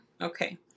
okay